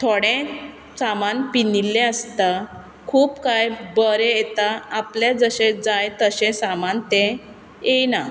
थोडें सामान पिंजिल्लें आसता खूब कांय बरें येता आपल्या जशें जाय तशें सामान तें येयना